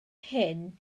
hyn